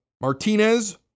Martinez